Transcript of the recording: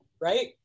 right